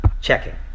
checking